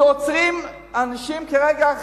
שעוצרים אנשים כרגע,